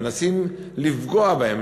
מנסים לפגוע בהם,